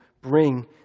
bring